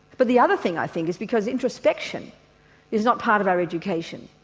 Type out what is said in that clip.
but the other thing i think is because introspection is not part of our education.